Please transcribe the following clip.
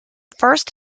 first